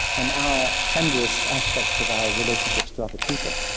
and our tenderest aspects of our relationships to other people.